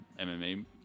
mma